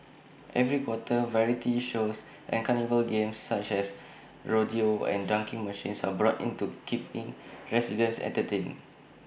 every quarter variety shows and carnival games such as rodeo and dunking machines are brought in to keep in residents entertained